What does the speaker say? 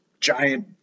giant